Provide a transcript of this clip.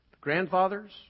grandfathers